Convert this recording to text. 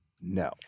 no